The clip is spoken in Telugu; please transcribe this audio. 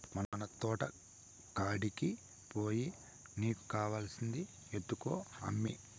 మన తోటకాడికి పోయి నీకు కావాల్సింది ఎత్తుకో అమ్మీ